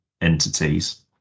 entities